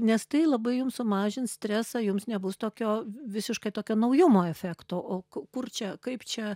nes tai labai jums sumažins stresą jums nebus tokio visiškai tokio naujumo efekto o kur čia kaip čia